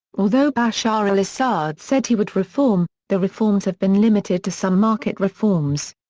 although bashar al-assad said he would reform, the reforms have been limited to some market reforms.